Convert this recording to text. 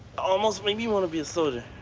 almost made me want to be a soldier.